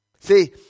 See